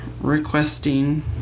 requesting